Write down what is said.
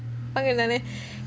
வாங்கணும்னு:vaangenumnu